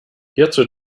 hierzu